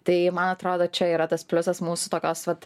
tai man atrodo čia yra tas pliusas mūsų tokios vat